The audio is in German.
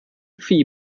phi